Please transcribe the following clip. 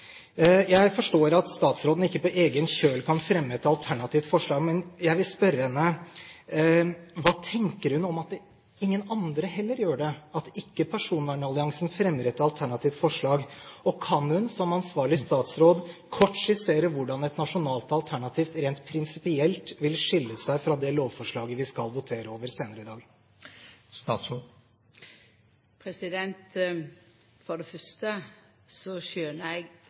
Jeg forstår at statsråden ikke på egen kjøl kan fremme et alternativt forslag. Men jeg vil spørre henne: Hva tenker hun om at heller ingen andre gjør det – at ikke personvernalliansen fremmer et alternativt forslag? Kan hun som ansvarlig statsråd kort skissere hvordan et nasjonalt alternativ rent prinsipielt vil skille seg fra det lovforslaget vi skal votere over senere i dag? For det